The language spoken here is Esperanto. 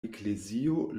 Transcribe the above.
eklezio